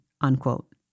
unquote